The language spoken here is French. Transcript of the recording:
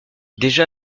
déjà